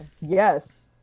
yes